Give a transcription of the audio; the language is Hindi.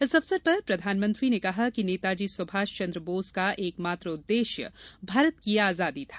इस अवसर पर प्रधानमंत्री ने कहा कि नेताजी सुभाष चंद्र बोस का एकमात्र उददेश्य भारत की आजादी था